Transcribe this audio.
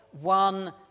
one